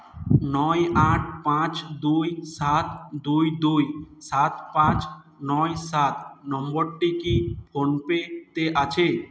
নয় আট পাঁচ দুই সাত দুই দুই সাত পাঁচ নয় সাত নম্বরটি কি ফোনপেতে আছে